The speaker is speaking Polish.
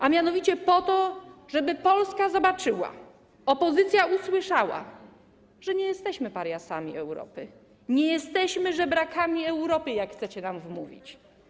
A mianowicie po to, żeby Polska zobaczyła, opozycja usłyszała, że nie jesteśmy pariasami Europy, nie jesteśmy żebrakami Europy, jak chcecie nam wmówić.